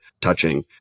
touching